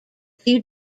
two